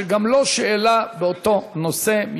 שגם לו שאלה באותו נושא.